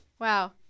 Wow